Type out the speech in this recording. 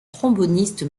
tromboniste